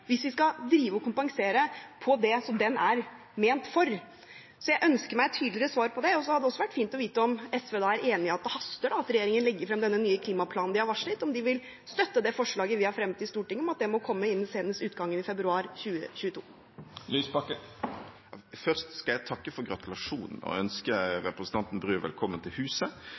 hvis vi skal drive og kompensere på det som den er ment for. Jeg ønsker meg et tydeligere svar på det. Så hadde det også vært fint å vite om SV er enig i at det haster med at regjeringen legger frem denne nye klimaplanen de har varslet, om de vil støtte forslaget vi har fremmet i Stortinget om at den må komme senest innen utgangen av februar 2022. Først skal jeg takke for gratulasjonen og ønske representanten Bru velkommen til huset.